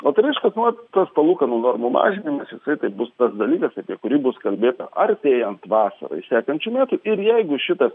o tai reiškias nu vat tas palūkanų normų mažinimas jisai tai bus tas dalykas apie kurį bus kalbėta artėjant vasarai sekančių metų ir jeigu šitas